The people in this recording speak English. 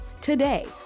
Today